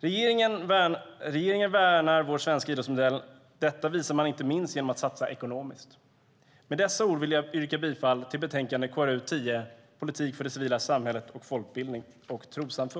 Regeringen värnar vår svenska idrottsmodell. Detta visar man inte minst genom att satsa ekonomiskt. Med dessa ord vill jag yrka bifall till utskottets förslag i betänkande KrU10 Politik för det civila samhället, folkbildning och trossamfund .